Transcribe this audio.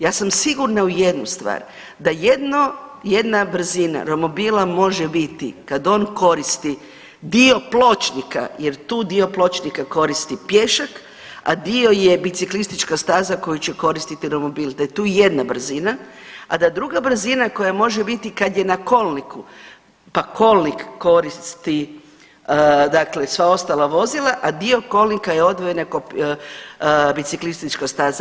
Ja sam sigurna u jednu stvar, da jedna brzina romobila može biti kad on koristi dio pločnika, jer tu dio pločnika koristi pješak, a dio je biciklistička staza koju će koristiti romobil, da je tu jedna brzina, a da druga brzina koja može biti kad je na kolniku, pa kolnik koristi dakle sva ostala vozila, a dio kolnika je odvojena biciklistička staza.